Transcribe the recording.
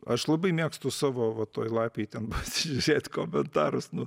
aš labai mėgstu savo va toj lapėj ten pasižiūrėt komentarus nu